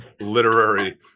literary